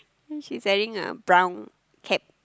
she's wearing a brown cap